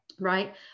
right